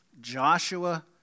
Joshua